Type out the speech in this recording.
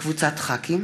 סתיו שפיר,